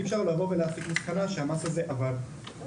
אי-אפשר לבוא ולהסיק מסקנה שהמס הזה עבד.